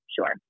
Sure